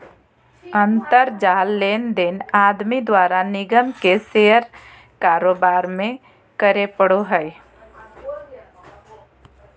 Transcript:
अंतर जाल लेनदेन आदमी द्वारा निगम के शेयर कारोबार में करे पड़ो हइ